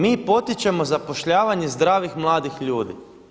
Mi potičemo zapošljavanje zdravih mladih ljudi.